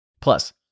Plus